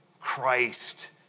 Christ